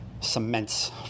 cements